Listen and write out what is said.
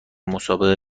مسابقه